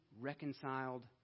reconciled